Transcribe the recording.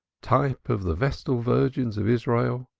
type of the vestal virgins of israel,